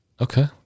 okay